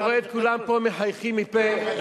אני רואה פה את כולם מחייכים מפה לאוזן.